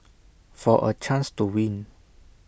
for A chance to win